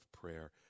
prayer